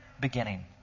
beginning